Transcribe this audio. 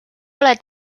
ole